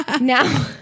now